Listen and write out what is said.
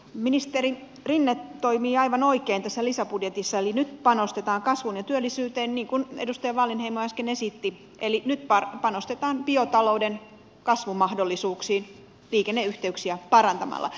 ministeri rinne toimii aivan oikein tässä lisäbudjetissa eli nyt panostetaan kasvuun ja työllisyyteen niin kuin edustaja wallinheimo äsken esitti eli nyt panostetaan biotalouden kasvumahdollisuuksiin liikenneyhteyksiä parantamalla